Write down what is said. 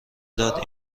داده